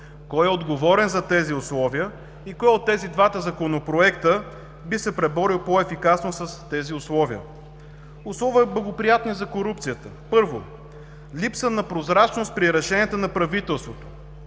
Кой е отговорен за тези условия? Кой от тези два законопроекта би се преборил по-ефикасно с тези условия? Условия, благоприятни за корупцията: Първо, липса на прозрачност при решенията на правителството.